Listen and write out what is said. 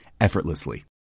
effortlessly